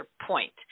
point